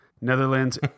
Netherlands